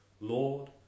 lord